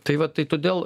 tai va tai todėl